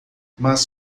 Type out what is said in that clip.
mas